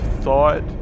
thought